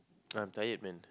I'm tired man